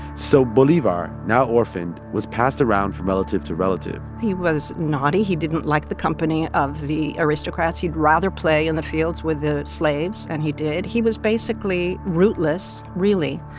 so bolivar, now orphaned, was passed around from relative to relative he was naughty. he didn't like the company of the aristocrats. he'd rather play in the fields with the slaves, and he did. he was basically rootless, really,